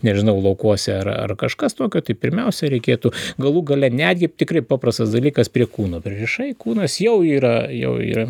nežinau laukuose ar ar kažkas tokio tai pirmiausia reikėtų galų gale netgi tikrai paprastas dalykas prie kūno pririšai kūnas jau yra jau yra